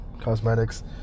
cosmetics